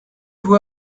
vous